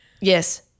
Yes